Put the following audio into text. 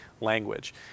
language